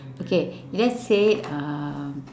okay let's say um